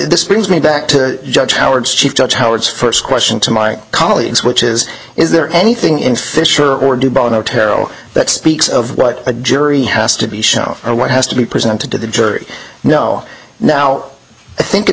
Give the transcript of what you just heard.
this brings me back to judge howard's chief judge howard's first question to my colleagues which is is there anything in fisher or do bono terrell that speaks of what a jury has to be shown or what has to be presented to the jury no now i think it's